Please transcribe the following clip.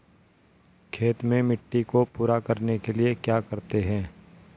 खेत में मिट्टी को पूरा करने के लिए क्या करते हैं?